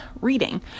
reading